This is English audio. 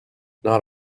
not